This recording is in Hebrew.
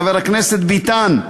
חבר הכנסת ביטן.